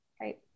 right